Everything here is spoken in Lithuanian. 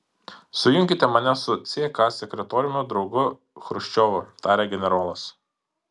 sujunkite mane su ck sekretoriumi draugu chruščiovu tarė generolas